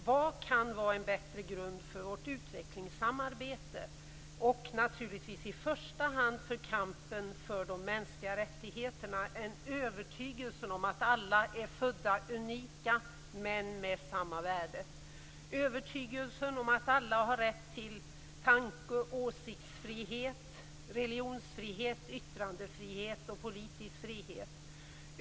Vad kan vara en bättre grund för vårt utvecklingssamarbete, och naturligtvis i första hand för kampen för de mänskliga rättigheterna, än övertygelsen om att alla är födda unika, men med samma värde, övertygelsen om att alla har rätt till tanke och åsiktsfrihet, religionsfrihet, yttrandefrihet och politisk frihet.